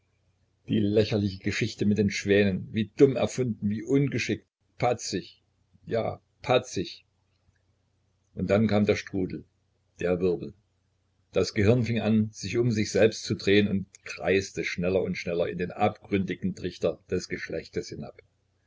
die lächerliche geschichte mit den schwänen wie dumm erfunden wie ungeschickt patzig ja patzig und dann kam der strudel der wirbel das gehirn fing an sich um sich selbst zu drehen und kreiste schneller und schneller in den abgründigen trichter des geschlechtes hinab